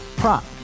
prop